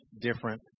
different